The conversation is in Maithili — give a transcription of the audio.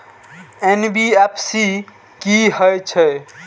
एन.बी.एफ.सी की हे छे?